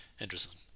Interesting